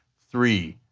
three,